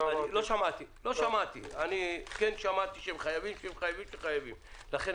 לא חש אותו ואם יש בכלל מוטיבציה אני